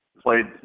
Played